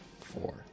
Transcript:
four